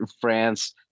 France